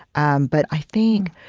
um but i think,